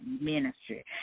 ministry